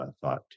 thought